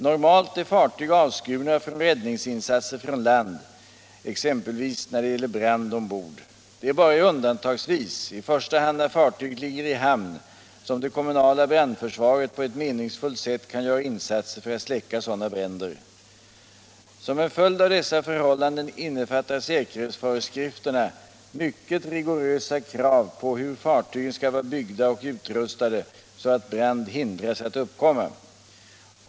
Normalt är fartyg avskurna från räddningsinsatser från land, exempelvis när det gäller brand ombord. Det är bara undantagsvis — i första hand när fartyget ligger i hamn — som det kommunala brandförsvaret på ett meningsfullt sätt kan göra insatser för att släcka sådana bränder. Som en följd av dessa förhållanden innefattar säkerhetsföreskrifterna mycket rigorösa krav på hur fartygen skall vara byggda och utrustade så att brand hindras att uppkomma.